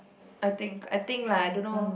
I think I think lah I don't know